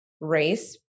race